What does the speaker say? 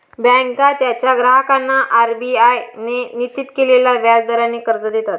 बँका त्यांच्या ग्राहकांना आर.बी.आय ने निश्चित केलेल्या व्याज दराने कर्ज देतात